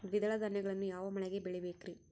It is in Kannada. ದ್ವಿದಳ ಧಾನ್ಯಗಳನ್ನು ಯಾವ ಮಳೆಗೆ ಬೆಳಿಬೇಕ್ರಿ?